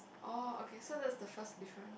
orh okay so that is the first difference